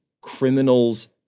criminals